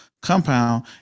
compound